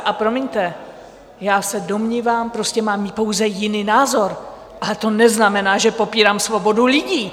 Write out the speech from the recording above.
A promiňte, já se domnívám, prostě mám pouze jiný názor, ale to neznamená, že popírám svobodu lidí!